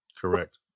Correct